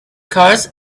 cars